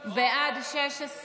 בעד, 16,